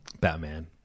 Batman